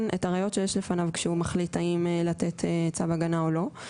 את הראיות שיש בפניו כשהוא מחליט האם לתת צו הגנה או לא.